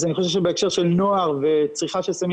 אני חושב שבהקשר של נוער וצריכה של סמים